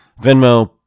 venmo